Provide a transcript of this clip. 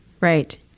right